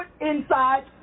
inside